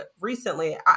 recently